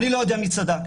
אני לא יודע מי צדק.